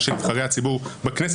יש נבחרי הציבור בכנסת.